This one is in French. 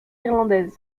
irlandaise